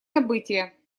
событие